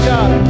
God